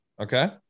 okay